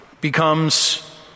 becomes